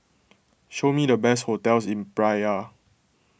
show me the best hotels in Praia